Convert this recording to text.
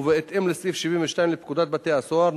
ובהתאם לסעיף 72 לפקודת בתי-הסוהר ,